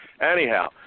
Anyhow